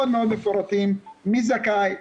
מאוד מפורטים מי זכאי,